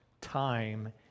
time